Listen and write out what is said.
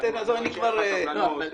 בבקשה.